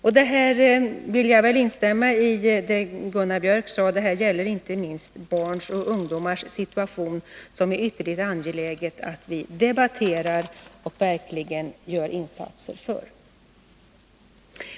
Jag vill instämma i det Gunnar Björk sade: Det här gäller inte minst barns och ungdomars situation, som det verkligen är angeläget att vi debatterar och gör insatser för.